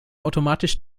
automatisch